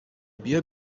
بیا